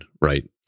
right